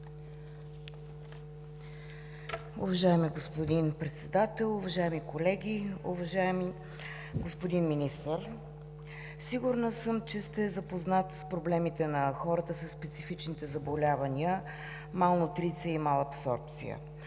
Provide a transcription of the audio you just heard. Уважаеми господин Председател, уважаеми колеги! Уважаеми господин Министър, сигурна съм, че сте запознат с проблемите на хората със специфичните заболявания – малнутриция и малабсорбция,